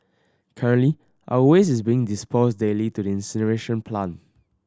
currently our waste is being disposed daily to the incineration plant